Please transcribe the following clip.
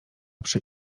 przy